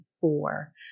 four